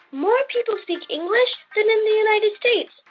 more people speak english than in the united states.